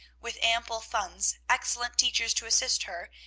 with ample funds, excellent teachers to assist her,